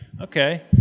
Okay